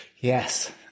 Yes